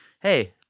hey